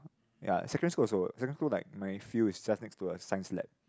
ya secondary school also secondary school like my field is just next to a science lab